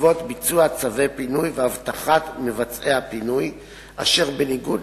בעקבות ביצוע צווי פינוי ואבטחת מבצעי הפינוי אשר בניגוד